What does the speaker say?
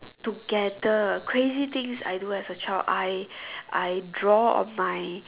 together crazy things I do as a child I I draw on my